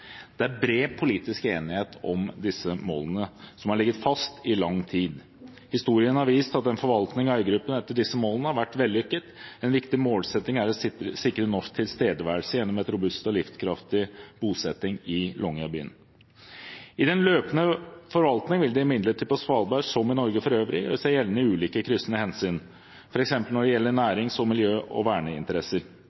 Det er bred politisk enighet om disse målene, som har ligget fast i lang tid. Historien har vist at en forvaltning av øygruppen etter disse målene har vært vellykket. En viktig målsetting er å sikre norsk tilstedeværelse gjennom en robust og livskraftig bosetting i Longyearbyen. I den løpende forvaltning vil det imidlertid på Svalbard – som i Norge for øvrig – gjøre seg gjeldende ulike kryssende hensyn, f.eks. når det gjelder nærings-, miljø- og verneinteresser.